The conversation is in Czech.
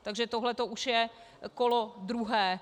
Takže tohle už je kolo druhé.